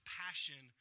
passion